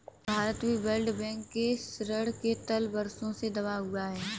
भारत भी World Bank के ऋण के तले वर्षों से दबा हुआ है